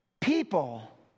people